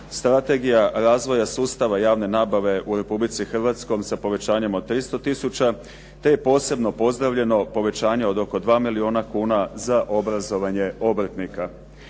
strategija razvoja sustava javne nabave u Republici Hrvatskoj sa povećanjem od 300 tisuća te je posebno pozdravljeno povećanje od oko 2 milijuna kuna za obrazovanje obrtnika.